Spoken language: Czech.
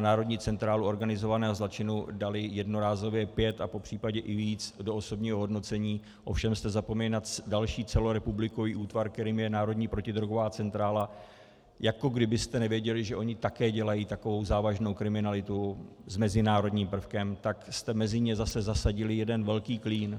Národní centrálu organizovaného zločinu dali jednorázově pět a popřípadě i víc do osobního hodnocení, ovšem jste zapomněli na další celorepublikový útvar, kterým je Národní protidrogová centrála, jako kdybyste nevěděli, že oni také dělají takovou závažnou kriminalitu s mezinárodním prvkem, tak jste mezi ně zase zasadili jeden velký klín.